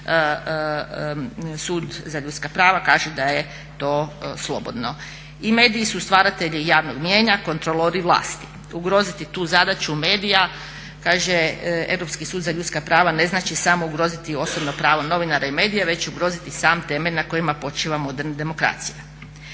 I mediji su stvaratelji javnog mijenja, kontrolori vlasti, ugroziti tu zadaću medija, kaže Europski sud za ljudska prava ne znači samo ugroziti osobno pravo novinara i medija već ugroziti sam temelj na kojima počiva moderna demokracija.